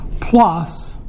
plus